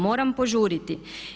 Moram požuriti.